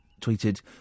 tweeted